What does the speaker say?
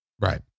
Right